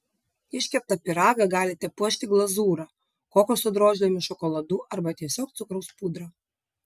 iškeptą pyragą galite puošti glazūra kokoso drožlėmis šokoladu arba tiesiog cukraus pudra